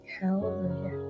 Hallelujah